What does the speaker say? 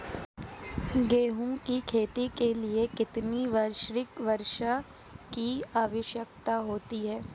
गेहूँ की खेती के लिए कितनी वार्षिक वर्षा की आवश्यकता होती है?